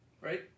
right